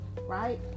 Right